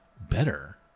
better